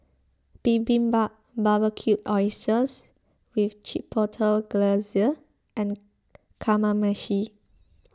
Bibimbap Barbecued Oysters with Chipotle Glazer and Kamameshi